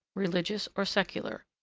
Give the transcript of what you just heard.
religious or secular.